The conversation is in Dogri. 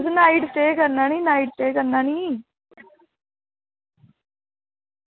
नाईट स्टे करना नी नाईट स्टे करना नी